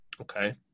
Okay